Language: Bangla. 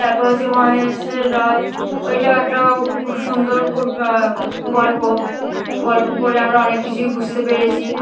তারপর হচ্ছে মহেশের রথ ওইটাও একটা খুব সুন্দর ক গল্প গল্প পড়ে আমরা অনেক কিছুই বুঝতে পেরেছি